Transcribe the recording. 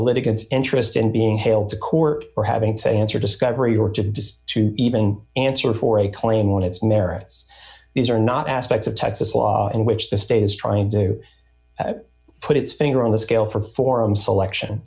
litigant interest in being hailed to court or having to answer discovery or to just to even answer for a claim on its merits these are not aspects of texas law in which the state is trying to put its finger on the scale for forum selection